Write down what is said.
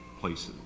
places